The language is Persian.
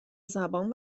زبان